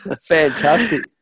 Fantastic